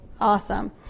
awesome